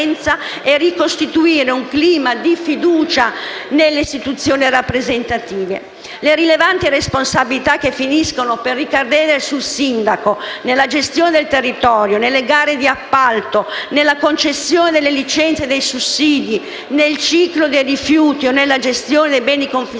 e ricostituire un clima di fiducia nelle istituzioni rappresentative. Le rilevanti responsabilità che finiscono per ricadere sul sindaco - nella gestione del territorio, nelle gare di appalto, nella concessione delle licenze e dei sussidi, nel ciclo dei rifiuti o nella gestione dei beni confiscati